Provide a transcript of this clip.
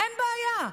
אין בעיה.